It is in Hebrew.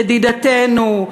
ידידתנו,